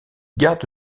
garde